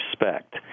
respect